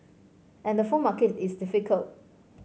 and the phone market is difficult